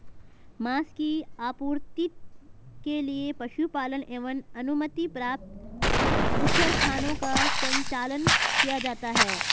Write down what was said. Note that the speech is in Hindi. माँस की आपूर्ति के लिए पशुपालन एवं अनुमति प्राप्त बूचड़खानों का संचालन किया जाता है